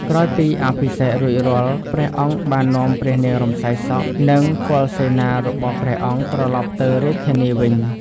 ក្រោយពីអភិសេករួចរាល់ ព្រះអង្គបាននាំព្រះនាងរំសាយសក់ និងពលសេនារបស់ព្រះអង្គត្រឡប់ទៅរាជធានីវិញ។